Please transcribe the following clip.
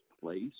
place